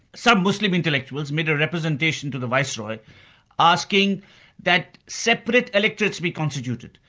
some muslim intellectuals made a representation to the viceroy asking that separate electorates be constituted.